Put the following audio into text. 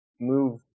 move